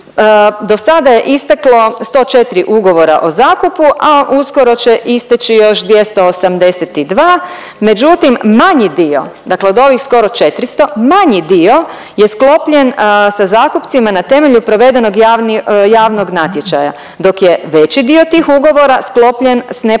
do sada je isteklo 104 ugovora o zakupu, a uskoro će isteći još 282, međutim manji dio, dakle od ovih skoro 400, manji dio je sklopljen sa zakupcima na temelju provedenog javnog natječaja dok je veći dio tih ugovora sklopljen sa neposrednim